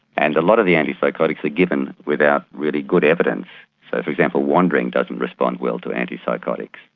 and a lot of the anti-psychotics are given without really good evidence, so for example wandering doesn't respond well to anti-psychotics.